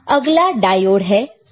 तो अगला डायोड है